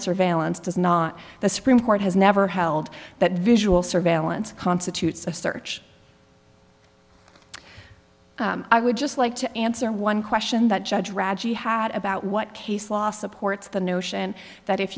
surveillance does not the supreme court has never held that visual surveillance constitutes a search i would just like to answer one question that judge raggy had about what case law supports the notion that if